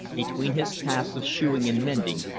between his tasks of shoeing and mending,